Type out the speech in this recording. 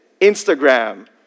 Instagram